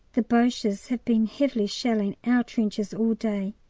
the boches have been heavily shelling our trenches all day.